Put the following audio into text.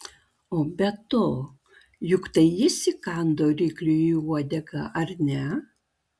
o be to juk tai jis įkando rykliui į uodegą ar ne